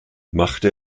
machte